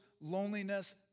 loneliness